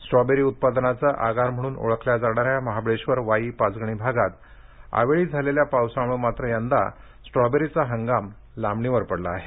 strawberry उत्पादनाचे आगार म्हणून ओळखल्या जाणाऱ्या महाबळेश्वर वाई पाचगणी भागात अवेळी झालेल्या पावसामुळे मात्र यंदा स्ट्रॉबेरीचा हंगाम लांबणीवर पडला आहे